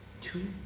Two